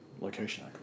Location